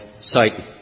Satan